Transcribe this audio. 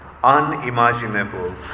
unimaginable